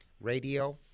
Radio